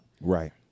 Right